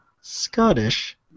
Scottish